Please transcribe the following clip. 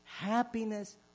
Happiness